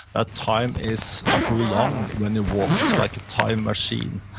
that time is prolonged when they walk. it's like a time machine.